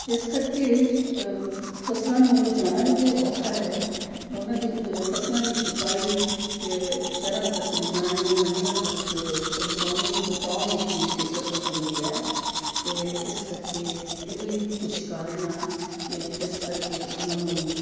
ਇਸ ਕਰਕੇ ਫਸਲਾਂ ਨੂੰ ਲਿਜਾਉਣਾ ਵੀ ਤਾਂ ਔਖਾ ਹੈ ਉਹਨਾਂ ਦੀ ਫਸਲਾਂ ਦੀ ਚੁਕਾਈ ਸ਼ਹਿਰਾਂ ਤੱਕ ਲਿਜਾਉਣੀ ਮੰਡੀਆਂ ਤੱਕ ਪਹੁੰਚਾਉਣੀ ਪਹੁੰਚਾਉਣ ਵਿੱਚ ਵੀ ਦਿੱਕਤ ਆਉਂਦੀ ਹੈ ਅਤੇ ਇਸ ਕਰਕੇ ਇਹੋ ਹੀ ਕੁਛ ਕਾਰਣ ਆ ਕਿ ਜਿਸ ਕਰਕੇ ਉਹਨਾਂ ਨੂੰ